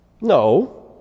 No